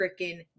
freaking